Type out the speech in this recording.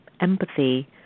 empathy